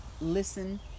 listen